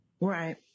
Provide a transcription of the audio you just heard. Right